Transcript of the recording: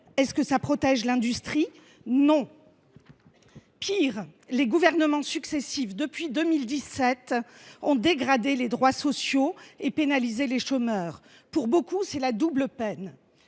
? Non. Cela protège t il l’industrie ? Non. Pis, les gouvernements successifs ont, depuis 2017, dégradé les droits sociaux et pénalisé les chômeurs. Pour beaucoup, c’est la double peine.